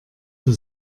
für